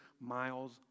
miles